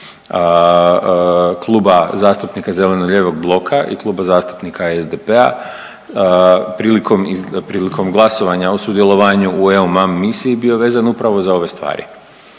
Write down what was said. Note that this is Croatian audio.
Kluba zastupnika zeleno-lijevog bloka i Kluba zastupnika SDP-a prilikom glasovanja o sudjelovanju u EUMAM misiji bio vezan upravo za ove stvari.